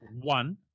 one